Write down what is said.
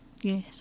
Yes